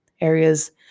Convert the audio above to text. areas